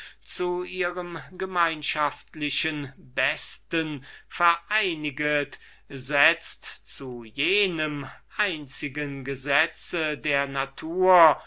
zu ihrem gemeinschaftlichen besten vereiniget setzt zu jenem einzigen gesetz der natur